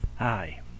Hi